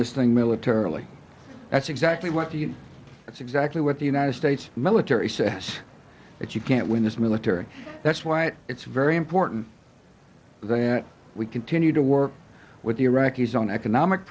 this thing militarily that's exactly what the it's exactly what the united states military says that you can't win this military that's why it's very important that we continue to work with the iraqis on economic